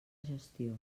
gestió